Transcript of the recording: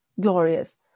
glorious